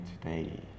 today